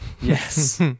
Yes